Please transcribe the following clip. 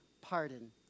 Pardon